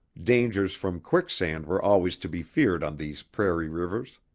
dangers from quicksand were always to be feared on these prairie rivers.